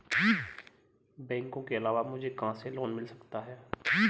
बैंकों के अलावा मुझे कहां से लोंन मिल सकता है?